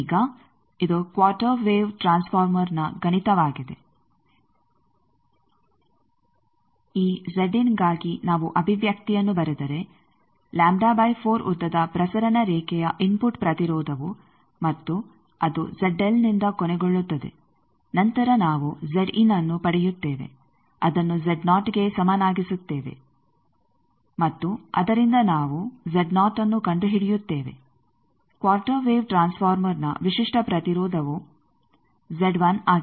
ಈಗ ಇದು quarter wave ಟ್ರಾನ್ಸ್ ಫಾರ್ಮರ್ನ ಗಣಿತವಾಗಿದೆ ಈ ಗಾಗಿ ನಾವು ಅಭಿವ್ಯಕ್ತಿಯನ್ನು ಬರೆದರೆ ಉದ್ದದ ಪ್ರಸರಣ ರೇಖೆಯ ಇನ್ಫುಟ್ ಪ್ರತಿರೋಧವು ಮತ್ತು ಅದು ನಿಂದ ಕೊನೆಗೊಳ್ಳುತ್ತದೆ ನಂತರ ನಾವು ಅನ್ನು ಪಡೆಯುತ್ತೇವೆ ಅದನ್ನು ಗೆ ಸಮಾನಾಗಿಸುತ್ತೇವೆ ಮತ್ತು ಅದರಿಂದ ನಾವು ಅನ್ನು ಕಂಡುಹಿಡಿಯುತ್ತೇವೆ ಕ್ವಾರ್ಟರ್ ವೇವ್ ಟ್ರಾನ್ಸ್ ಫಾರ್ಮರ್ನ ವಿಶಿಷ್ಟ ಪ್ರತಿರೋಧವು ಆಗಿದೆ